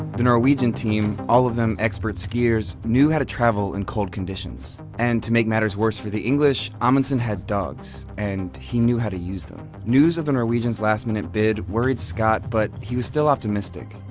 the norwegian team, all of them expert skiers, knew how to travel in cold conditions. and to make matters worse for the english, amundsen had dogs and he knew how to use them. news of the norwegians' last-minute bid worried scott, but he was still optimistic.